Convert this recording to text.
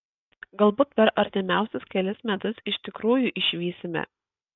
galbūt per artimiausius kelis metus iš tikrųjų išvysime